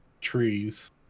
Trees